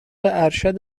ارشد